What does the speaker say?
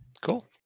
cool